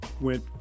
went